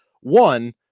One